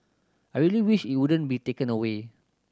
I really wish it wouldn't be taken away